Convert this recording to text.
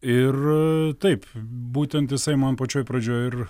ir taip būtent jisai man pačioj pradžioj ir